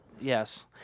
Yes